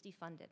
defunded